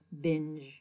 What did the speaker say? binge